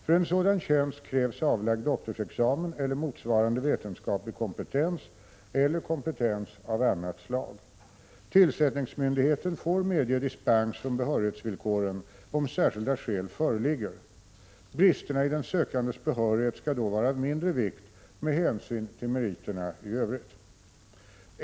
För en sådan tjänst krävs avlagd doktorsexamen eller motsvarande vetenskaplig kompetens eller kompetens av annat slag. Tillsättningsmyndigheten får medge dispens från behörighetsvillkoren om särskilda skäl föreligger. Bristerna i den sökandes behörighet skall då vara av mindre vikt med hänsyn till meriterna i övrigt.